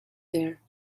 there